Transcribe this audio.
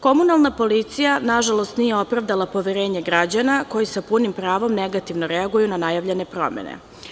Komunalna policija, nažalost, nije opravdala poverenje građana koji sa punim pravom negativno reaguju na najavljene promene.